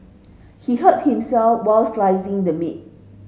he hurt himself while slicing the meat